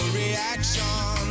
reaction